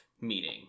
meeting